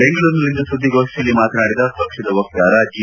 ಬೆಂಗಳೂರಿನಲ್ಲಿಂದು ಸುದ್ದಿಗೋಷ್ಠಿಯಲ್ಲಿ ಮಾತನಾಡಿದ ಪಕ್ಷದ ವಕ್ತಾರ ಜಿ